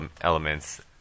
elements